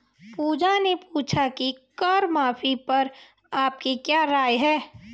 पूजा ने पूछा कि कर माफी पर आपकी क्या राय है?